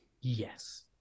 yes